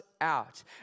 out